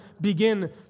begin